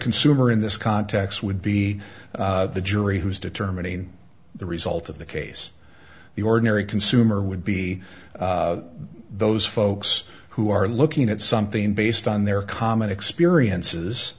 consumer in this context would be the jury who's determining the result of the case the ordinary consumer would be those folks who are looking at something based on their common experiences